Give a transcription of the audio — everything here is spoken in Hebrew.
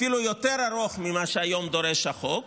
אפילו יותר ארוך ממה שהיום דורש החוק,